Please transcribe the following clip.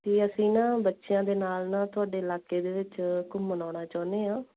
ਅਤੇ ਅਸੀਂ ਨਾ ਬੱਚਿਆਂ ਦੇ ਨਾਲ ਨਾ ਤੁਹਾਡੇ ਇਲਾਕੇ ਦੇ ਵਿੱਚ ਘੁੰਮਣ ਆਉਣਾ ਚਾਹੁੰਦੇ ਹਾਂ